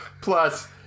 plus